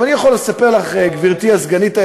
גברתי הסגנית,